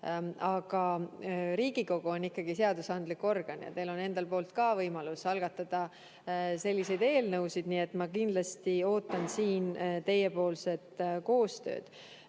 Aga Riigikogu on ikkagi seadusandlik organ ja teil on ka võimalus algatada selliseid eelnõusid. Nii et ma kindlasti ootan siin koostööd.